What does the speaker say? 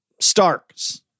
Starks